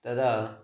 तदा